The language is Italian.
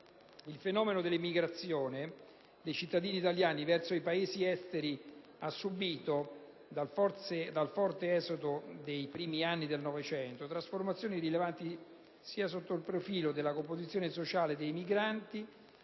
il fenomeno dell'emigrazione dei cittadini italiani verso i paesi esteri ha subito, dal forte esodo dei primi anni del Novecento, trasformazioni rilevanti sia sotto il profilo della composizione sociale dei migranti,